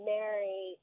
Mary